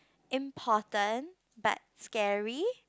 important but scary